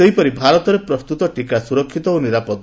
ସେହିପରି ଭାରତରେ ପ୍ରସ୍ତତ ଟିକା ସୁରକ୍ଷିତ ଓ ନିରାପଦ